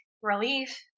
relief